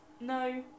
No